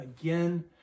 again